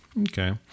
Okay